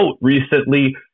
recently